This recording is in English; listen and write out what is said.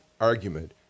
argument